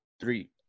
three